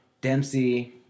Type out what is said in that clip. Dempsey